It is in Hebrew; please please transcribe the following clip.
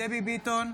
דבי ביטון,